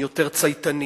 הם יותר צייתניים,